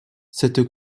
cette